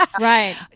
Right